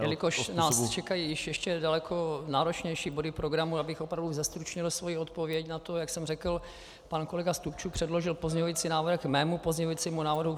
Jelikož nás čekají ještě náročnější body programu, já bych opravdu zestručnil svoji odpověď na to, jak jsem řekl, pan kolega Stupčuk předložil pozměňující návrh k mému pozměňujícímu návrhu